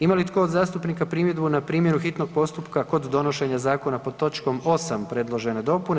Ima li tko od zastupnika primjedbu na primjenu hitnog postupka kod donošenje Zakona pod točkom 8. predložene dopune?